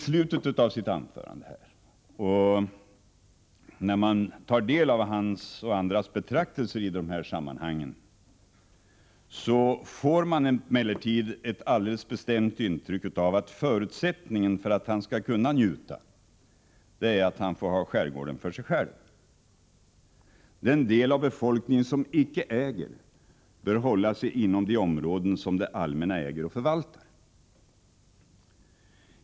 När man tar del av Gösta Bohmans och andras betraktelser i de här sammanhangen — liksom i slutet av Gösta Bohmans anförande —, får man emellertid ett alldeles bestämt intryck av att förutsättningen för att han skall kunna njuta är att han får ha skärgården för sig själv. Den del av befolkningen som icke äger bör hålla sig inom de områden som det allmänna äger och förvaltar.